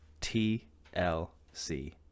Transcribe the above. T-L-C